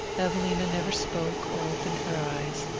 evelina never spoke or opened her eyes,